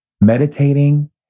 Meditating